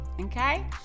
Okay